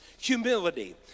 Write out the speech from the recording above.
humility